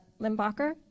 Limbacher